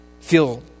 feel